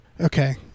Okay